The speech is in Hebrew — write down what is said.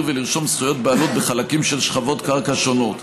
ולרשום זכויות בעלות בחלקים של שכבות קרקע שונות.